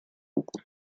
руку